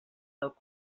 del